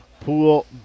Pool